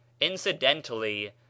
incidentally